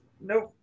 Nope